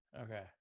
Okay